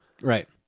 right